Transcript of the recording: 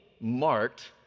marked